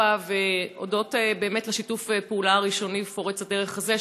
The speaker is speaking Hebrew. והודות לשיתוף הפעולה הראשוני פורץ הדרך הזה,